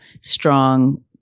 strong